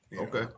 Okay